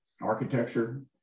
architecture